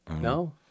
No